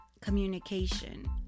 communication